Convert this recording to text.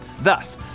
Thus